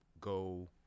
go